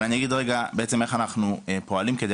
אבל אני אגיד רגע בעצם איך אנחנו פועלים כדי